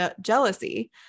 jealousy